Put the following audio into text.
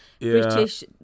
British